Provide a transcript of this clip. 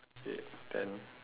eight ten